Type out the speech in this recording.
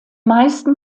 meisten